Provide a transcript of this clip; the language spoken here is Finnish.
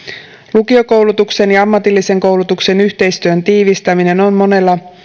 lukiokoulutuksen ja ammatillisen koulutuksen yhteistyön tiivistäminen on monella